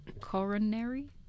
coronary